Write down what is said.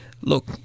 Look